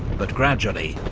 but gradually,